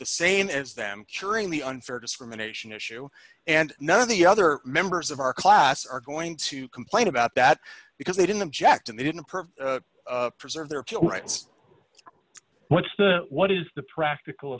the same as them curing the unfair discrimination issue and none of the other members of our class are going to complain about that because they didn't object and they didn't per preserve their kill rights what's the what is the practical